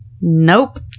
nope